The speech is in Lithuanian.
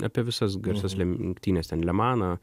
apie visas garsias lenktynes ten le maną